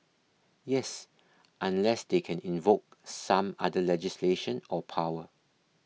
yes unless they can invoke some other legislation or power